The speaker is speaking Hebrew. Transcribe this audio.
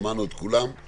שמענו את רובם.